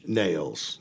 nails